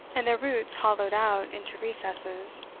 and their roots hollowed out into recesses,